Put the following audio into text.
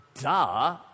duh